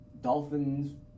Dolphins